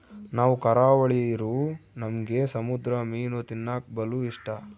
ನಾವು ಕರಾವಳಿರೂ ನಮ್ಗೆ ಸಮುದ್ರ ಮೀನು ತಿನ್ನಕ ಬಲು ಇಷ್ಟ